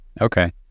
Okay